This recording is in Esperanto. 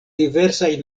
diversaj